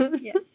Yes